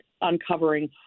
uncovering